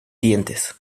dientes